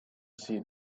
see